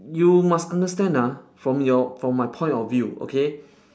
you must understand ah from your from my point of view okay